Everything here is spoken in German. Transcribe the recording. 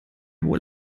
wohl